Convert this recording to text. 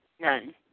none